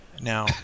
now